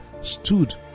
stood